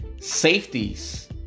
Safeties